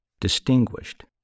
distinguished